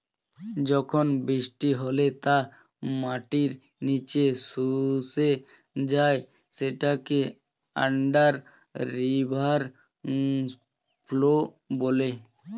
যখন বৃষ্টি হলে তা মাটির নিচে শুষে যায় সেটাকে আন্ডার রিভার ফ্লো বলে